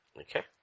Okay